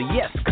Yes